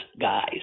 guys